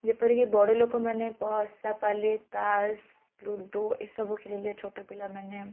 ଯେପରିକି ବଡ଼ ଲୋକମାନେ ପଶା ପାଲି ତାସ୍ ଲୁଡ଼ୁ ଏସବୁ ଖେଳିଲେ ଛୋଟ ପିଲାମାନେ